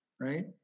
right